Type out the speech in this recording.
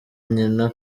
nyina